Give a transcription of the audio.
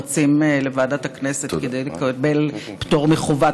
רצים לוועדת הכנסת כדי לקבל פטור מחובת